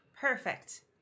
Perfect